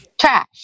Trash